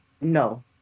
no